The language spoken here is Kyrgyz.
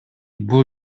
бул